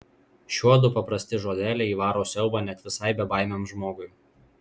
šiuodu paprasti žodeliai įvaro siaubą net visai bebaimiam žmogui